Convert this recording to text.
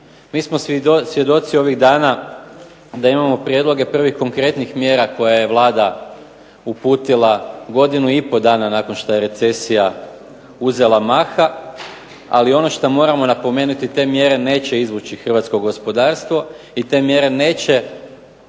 Mi smo svjedoci ovih dana da imamo prijedloge prvih konkretnih mjera koje je Vlada uputila godinu i pol dana nakon što je recesija uzela maha, ali ono što moramo napomenuti te mjere neće izvući hrvatsko gospodarstvo i te mjere neće